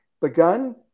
begun